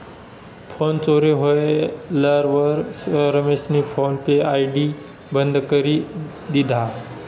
phone चोरी व्हयेलवर रमेशनी फोन पे आय.डी बंद करी दिधा